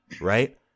Right